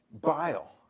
bile